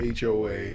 HOA